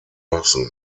lassen